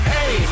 Hey